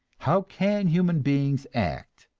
how can human beings act,